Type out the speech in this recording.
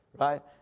right